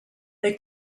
they